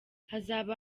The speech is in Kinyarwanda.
hazaba